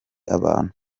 abantu